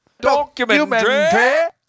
documentary